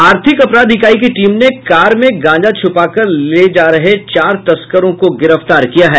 आर्थिक अपराध इकाई की टीम ने कार में गांजा छुपाकर ले जा रहे चार तस्करों को गिरफ्तार किया है